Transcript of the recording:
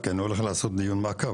כי אני הולך לעשות דיון מעקב,